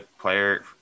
player